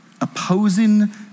opposing